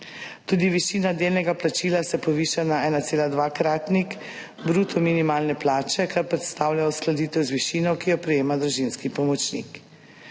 Tudi višina delnega plačila se poviša na 1,2-kratnik bruto minimalne plače, kar predstavlja uskladitev z višino, ki jo prejema družinski pomočnik.